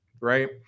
right